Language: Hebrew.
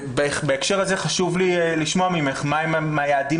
בהקשר הזה חשוב לי לשמוע ממך מה הם היעדים